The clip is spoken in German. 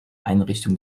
einrichtung